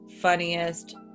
funniest